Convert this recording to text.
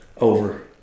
Over